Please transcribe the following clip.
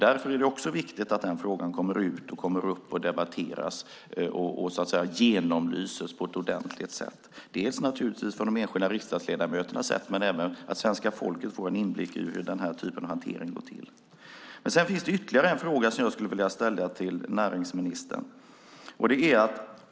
Därför är det också viktigt att den frågan kommer upp, debatteras och genomlyses på ett ordentligt sätt för de enskilda riksdagsledamöternas skull men även för att svenska folket ska få en inblick i hur den här typen av hantering går till. Det finns ytterligare en fråga som jag skulle vilja ställa till näringsministern.